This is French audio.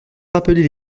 rappeler